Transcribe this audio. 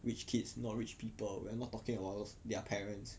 rich kids not rich people we're not talking about those their parents